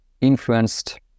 influenced